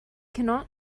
cannot